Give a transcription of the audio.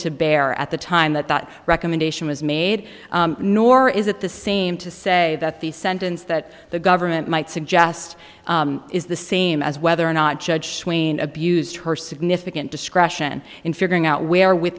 to bear at the time that that recommendation was made nor is it the same to say that the sentence that the government might suggest is the same as whether or not judge sweeney abused her significant discretion in figuring out where with